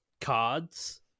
cards